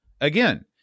again